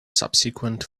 subsequent